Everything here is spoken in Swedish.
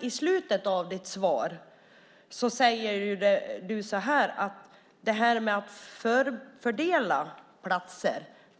i slutet av ditt svar till Karl Gustav Abramsson säger du att det är RPS som fördelar platserna.